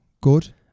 good